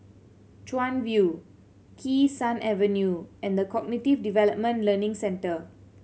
Chuan View Kee Sun Avenue and The Cognitive Development Learning Centre